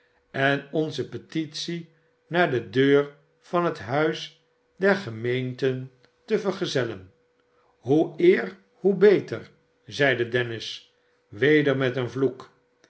en onze petitie naar de deur van het huis der gemeenten te vergezellen hoe eer hoe beter zeide dennis weder met een vloek